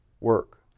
work